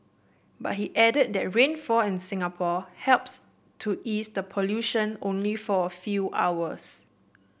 but he added that rainfall in Singapore helps to ease the pollution only for a few hours